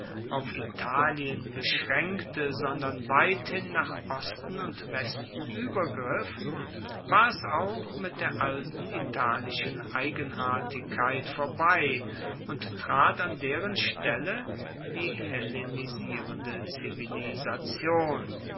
auf italien beschraenkte sondern weithin nach osten und westen uebergriff war es auch mit der alten italischen eigenartigkeit vorbei und trat an deren stelle die hellenisierende zivilisation